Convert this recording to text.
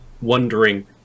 wondering